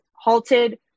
halted